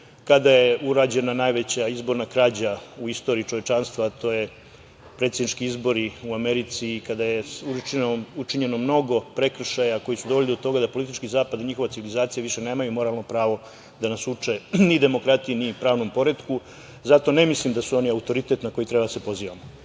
kada je urađena najveća izborna krađa u istoriji čovečanstva, a to su predsednički izbori u Americi, kada je učinjeno mnogo prekršaja koji su doveli do toga da politički zapad i njihova civilizacija više nemaju moralno pravo da nas uče ni demokratiji, ni pravnom poretku. Zato ne mislim da su oni autoritet na koji treba da se pozivamo.S